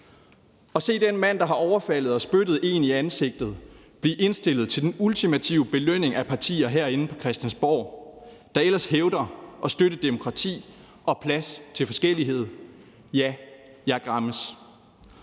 at se den mand, der har overfaldet og spyttet en i ansigtet, blive indstillet til den ultimative belønning af partier herinde på Christiansborg, der ellers hævder at støtte demokrati og plads til forskellighed, kan man bare